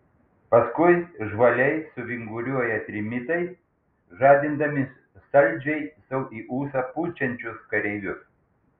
paskui žvaliai suvinguriuoja trimitai žadindami saldžiai sau į ūsą pučiančius kareivius